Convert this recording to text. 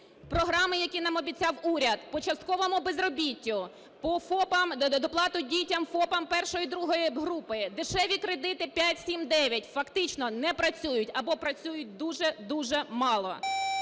Програми, які нам обіцяв уряд по частковому безробіттю, по ФОПам, по доплаті дітям ФОПам першої і другої групи, дешеві кредити 5-7-9 фактично не працюють або працюють дуже-дуже мало.